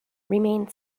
remain